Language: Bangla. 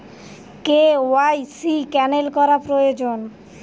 কে.ওয়াই.সি ক্যানেল করা প্রয়োজন?